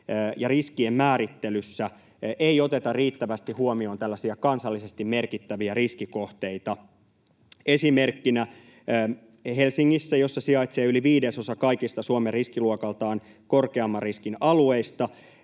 ja riskien määrittelyssä ei oteta riittävästi huomioon tällaisia kansallisesti merkittäviä riskikohteita. Esimerkkinä Helsingissä, jossa sijaitsee yli viidesosa kaikista Suomen riskiluokaltaan korkeamman riskin alueista,